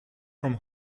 from